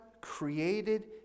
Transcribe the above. created